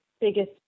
biggest